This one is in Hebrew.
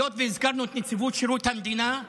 היות שהזכרנו את נציבות שירות המדינה,